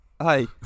Hi